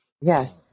Yes